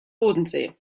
bodensee